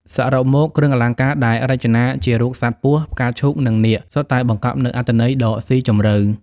សរុបមក គ្រឿងអលង្ការដែលរចនាជារូបសត្វពស់ ផ្កាឈូក និងនាគ សុទ្ធតែបង្កប់នូវអត្ថន័យដ៏ស៊ីជម្រៅ។